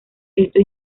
esto